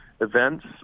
events